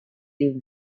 leave